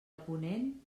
ponent